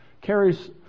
carries